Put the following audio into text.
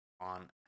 on